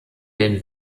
den